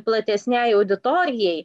platesnei auditorijai